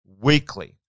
weekly